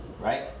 Right